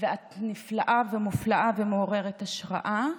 ואת נפלאה ומופלאה ומעוררת השראה,